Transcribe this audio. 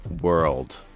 world